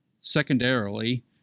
Secondarily